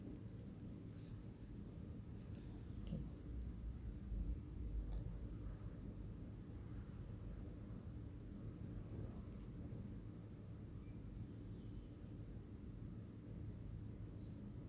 okay